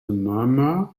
murmur